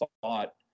thought